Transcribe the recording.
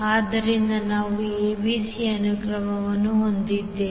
ಆದ್ದರಿಂದ ನಾವು abc ಅನುಕ್ರಮವನ್ನು ಹೊಂದಿದ್ದೇವೆ